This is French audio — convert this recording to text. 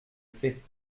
fait